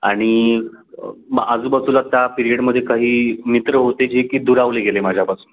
आणि आजूबाजूला त्या पिरियडमध्ये काही मित्र होते जे की दुरावले गेले माझ्यापासून